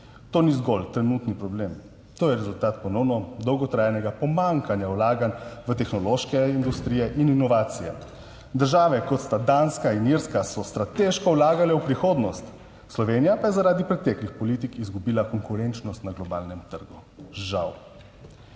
To ni zgolj trenutni problem. To je rezultat ponovno dolgotrajnega pomanjkanja vlaganj v tehnološke industrije in inovacije. Države, kot sta Danska in Irska, so strateško vlagale v prihodnost, Slovenija pa je zaradi preteklih politik izgubila konkurenčnost na globalnem trgu, žal.